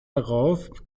darauf